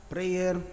Prayer